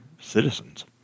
citizens